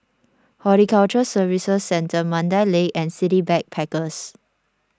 Horticulture Services Centre Mandai Lake and City Backpackers